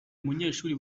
munyeshuri